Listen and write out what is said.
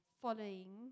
following